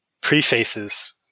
prefaces